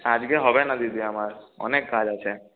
আজকে হবে না দিদি আমার অনেক কাজ আছে